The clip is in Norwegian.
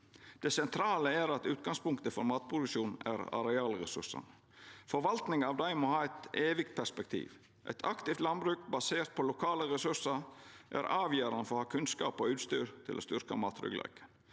Det sentrale er at utgangspunktet for matproduksjonen er arealressursane. Forvaltninga av dei må ha eit evig perspektiv. Eit aktivt landbruk basert på lokale ressursar er avgjerande for å ha kunnskap og utstyr til å styrkja mattryggleiken.